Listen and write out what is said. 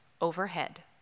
overhead